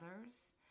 others